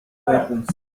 weapons